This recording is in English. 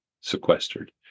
sequestered